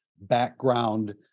background